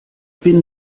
bin